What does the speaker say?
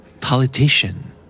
Politician